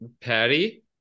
Patty